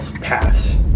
paths